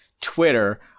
Twitter